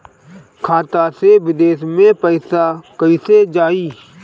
खाता से विदेश मे पैसा कईसे जाई?